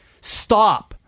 stop